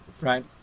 right